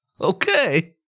okay